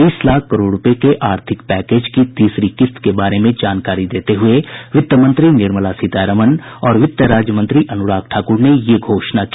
बीस लाख करोड़ रूपये के आर्थिक पैकेज की तीसरी किस्त के बारे में जानकारी देते हुये वित्तमंत्री निर्मला सीतारामन और वित्त राज्यमंत्री अनुराग ठाकुर ने यह घोषणा की